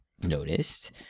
noticed